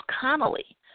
Connolly